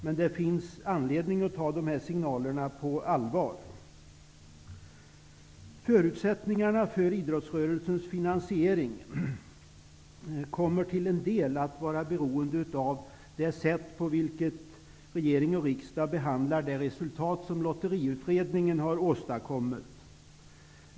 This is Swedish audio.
Men det finns anledning att ta signalerna på allvar. Förutsättningarna för finansieringen av idrottsrörelsen kommer till en del att vara beroende av det sätt på vilket regeringen och riksdagen behandlar det resultat som Lotteriutredningen har kommit fram till.